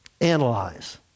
analyze